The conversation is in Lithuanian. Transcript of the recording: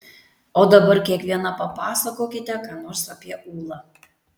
o dabar kiekviena papasakokite ką nors apie ūlą